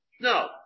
no